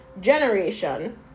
generation